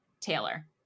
Taylor